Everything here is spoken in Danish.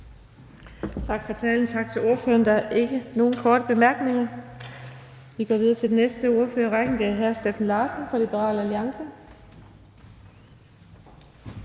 Tak for talen, tak til ordføreren. Der er ikke nogen korte bemærkninger. Vi går videre til den næste ordfører i rækken, og det er hr. Steffen Larsen fra Liberal Alliance.